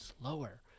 slower